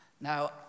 Now